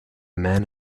man